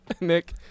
Nick